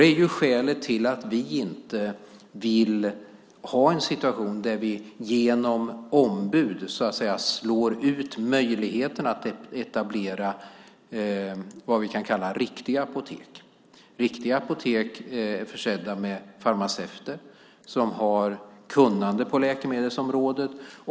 Det är skälet till att vi inte vill ha en situation där vi genom ombud så att säga slår ut möjligheterna att etablera vad vi kan kalla riktiga apotek. Riktiga apotek är försedda med farmaceuter som har kunnande på läkemedelsområdet.